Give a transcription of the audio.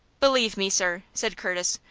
believe me, sir, said curtis,